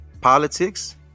Politics